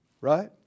Right